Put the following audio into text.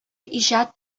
иҗат